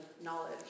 knowledge